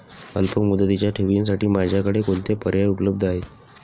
अल्पमुदतीच्या ठेवींसाठी माझ्याकडे कोणते पर्याय उपलब्ध आहेत?